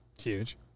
Huge